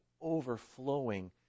overflowing